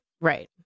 Right